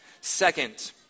Second